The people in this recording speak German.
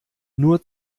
nur